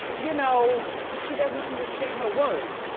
you know, she doesn't understand her worth.